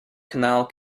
canal